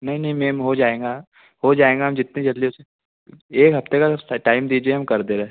नहीं नहीं मैम हो जाएंगा हो जाएंगा हम जितनी जल्दी उसे एक हफ़्ते का टाइम दीजिए हम कर दे रहे